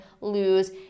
lose